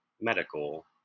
medical